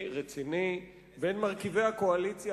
זה היה שיתוף פעולה אזורי רציני בין מרכיבי הקואליציה